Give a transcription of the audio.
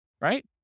Right